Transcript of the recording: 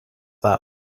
that